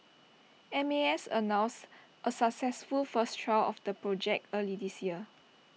M A S announced A successful first trial of the project early this year